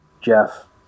Jeff